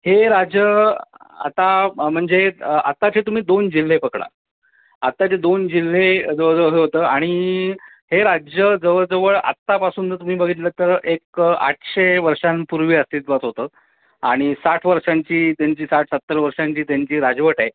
हे राज्य आता म्हणजे आत्ताचे तुम्ही दोन जिल्हे पकडा आत्ताचे दोन जिल्हे जवळजवळ हे होतं आणि हे राज्य जवळजवळ आत्तापासून जर तुम्ही बघितलंत तर एक आठशे वर्षांपूर्वी अस्तित्वात होतं आणि साठ वर्षांची त्यांची साठसत्तर वर्षांची त्यांची राजवट आहे